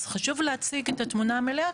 אז חשוב להציג את התמונה המלאה,